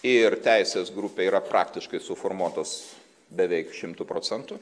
ir teisės grupė yra praktiškai suformuotos beveik šimtu procentų